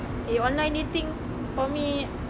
eh online dating for me